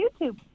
YouTube